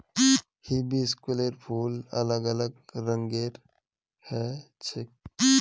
हिबिस्कुसेर फूल अलग अलग रंगेर ह छेक